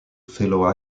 fellow